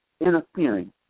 interfering